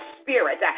spirit